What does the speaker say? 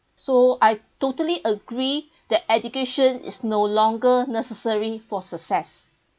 so I totally agree that education is no longer necessary for success